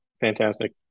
Fantastic